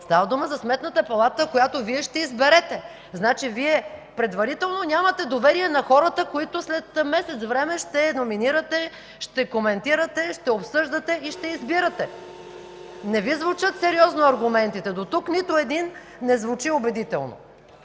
Става дума за Сметната палата, която Вие ще изберете. Значи Вие предварително нямате доверие на хората, които след месец време ще номинирате, ще коментирате, ще обсъждате и ще избирате. Не Ви звучат сериозно аргументите, дотук нито един не звучи убедително.